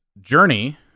Journey